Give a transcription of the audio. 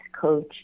coach